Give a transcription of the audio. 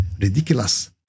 ridiculous